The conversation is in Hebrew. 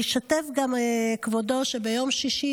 אני אשתף גם שביום שישי,